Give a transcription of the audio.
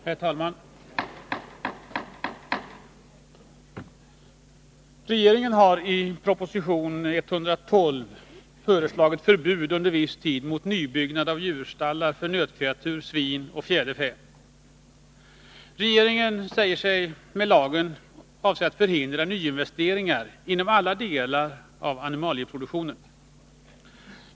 Herr talman! Regeringen har i proposition 112 föreslagit förbud under viss tid mot nybyggnad av djurstallar för nötkreatur, svin och fjäderfä. Regeringen säger sig med lagen avse att förhindra nyinvesteringar inom alla delar av animalieproduktionen.